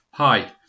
Hi